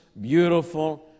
beautiful